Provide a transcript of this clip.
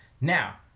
now